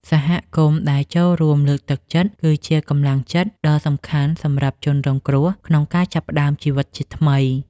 សហគមន៍ដែលចូលរួមលើកទឹកចិត្ត គឺជាកម្លាំងចិត្តដ៏សំខាន់សម្រាប់ជនរងគ្រោះក្នុងការចាប់ផ្តើមជីវិតជាថ្មី។